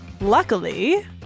Luckily